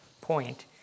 point